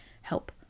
help